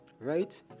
right